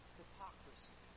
hypocrisy